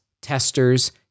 testers